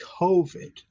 covid